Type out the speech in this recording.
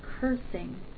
cursing